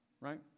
right